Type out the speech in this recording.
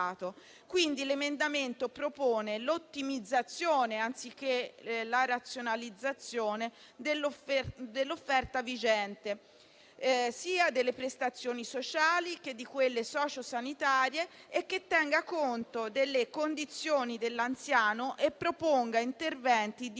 L'emendamento propone quindi l'ottimizzazione, anziché la razionalizzazione, dell'offerta vigente sia delle prestazioni sociali sia di quelle sociosanitarie, tenendo conto delle condizioni dell'anziano e proponendo interventi di durata